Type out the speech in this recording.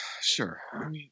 Sure